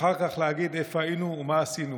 ואחר כך להגיד: איפה היינו ומה עשינו.